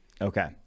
Okay